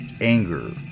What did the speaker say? anger